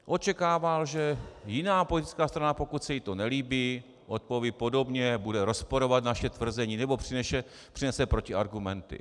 Očekával jsem, že jiná politická strana, pokud se jí to nelíbí, odpoví podobně, bude rozporovat naše tvrzení nebo přinese protiargumenty.